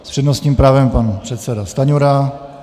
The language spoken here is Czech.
S přednostním právem pan předseda Stanjura.